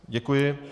Děkuji.